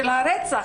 של הרצח,